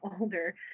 older